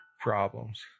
problems